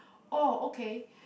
oh okay